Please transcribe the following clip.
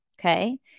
Okay